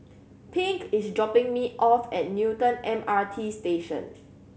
Pink is dropping me off at Newton M R T Station